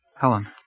Helen